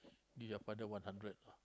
give your father one hundred